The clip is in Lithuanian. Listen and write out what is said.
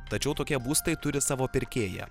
tačiau tokie būstai turi savo pirkėją